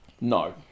No